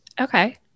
Okay